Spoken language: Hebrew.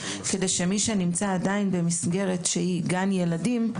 כדי שמי שנמצא עדיין במסגרת שהיא גן ילדים,